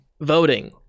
Voting